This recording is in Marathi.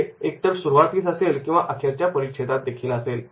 ते एकतर सुरुवातीस असेल किंवा अखेरच्या परिच्छेदात देखील असेल